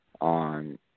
on